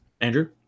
andrew